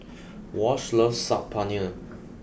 Wash loves Saag Paneer